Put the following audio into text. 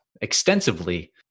Extensively